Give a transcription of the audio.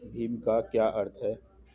भीम का क्या अर्थ है?